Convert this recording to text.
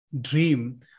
dream